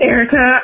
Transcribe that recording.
Erica